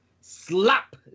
slap